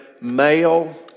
male